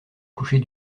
coucher